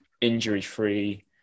injury-free